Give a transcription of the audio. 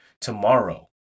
tomorrow